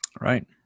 Right